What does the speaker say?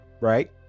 Right